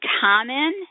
common